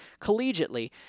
collegiately